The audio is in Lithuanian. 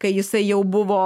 kai jisai jau buvo